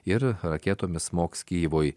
ir raketomis smogs kyjivui